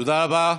תודה רבה.